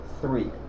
Three